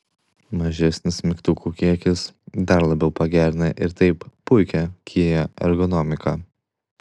mažesnis mygtukų kiekis dar labiau pagerina ir taip puikią kia ergonomiką